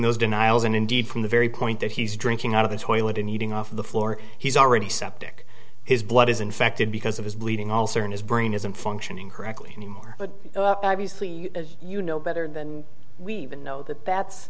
those denials and indeed from the very point that he's drinking out of the toilet in eating off the floor he's already septic his blood is infected because of his bleeding also in his brain isn't functioning correctly anymore but obviously you know better than we know that that's